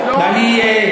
ואני,